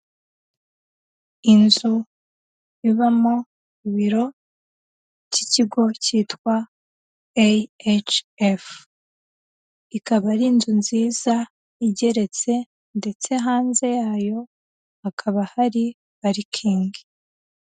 Inzu ibamo ibiro by'ikigo cyitwa AHF, ikaba ari inzu nziza igeretse ndetse hanze yayo hakaba hari parikingi.